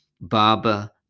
barber